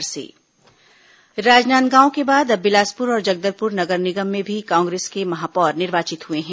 महापौर चुनाव राजनादगांव के बाद अब बिलासपुर और जगदलपुर नगर निगम में भी कांग्रेस के महापौर निर्वाचित हुए हैं